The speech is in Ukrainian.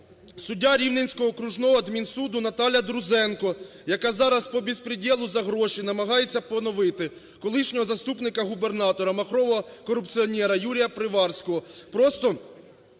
суддя Рівненського окружного адмінсуду НаталяДрузенко, яка зараз по безпрєдєлу за гроші намагається поновити колишнього заступника губернатора махрового корупціонера Юрія Приварського,